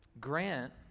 Grant